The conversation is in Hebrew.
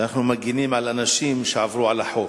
מגינים על אנשים שעברו על החוק.